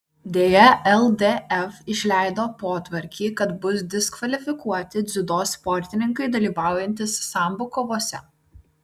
deja ldf išleido potvarkį kad bus diskvalifikuoti dziudo sportininkai dalyvaujantys sambo kovose